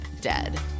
dead